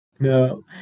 No